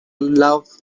love